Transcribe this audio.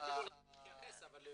אבל לא